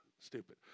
stupid